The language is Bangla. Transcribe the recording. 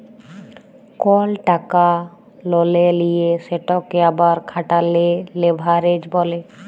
কল টাকা ললে লিঁয়ে সেটকে আবার খাটালে লেভারেজ ব্যলে